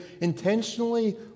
intentionally